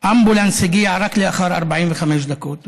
אמבולנס הגיע רק לאחר 45 דקות.